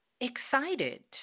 excited